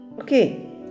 Okay